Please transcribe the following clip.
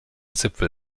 zipfel